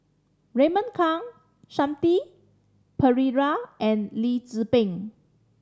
Raymond Kang Shanti Pereira and Lee Tzu Pheng